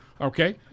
Okay